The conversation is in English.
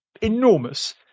enormous